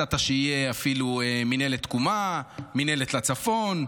הצעת שתהיה אפילו מינהלת לתקומה, מינהלת לצפון.